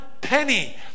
penny